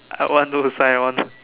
I want to sign on